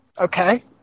Okay